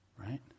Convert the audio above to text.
right